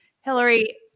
Hillary